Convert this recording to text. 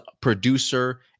producer